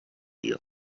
you